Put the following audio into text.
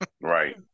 Right